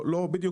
בדיוק.